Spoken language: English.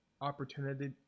opportunity